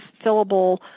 fillable